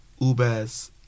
Ubers